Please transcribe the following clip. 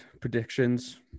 predictions